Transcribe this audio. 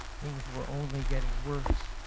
things were only getting worse,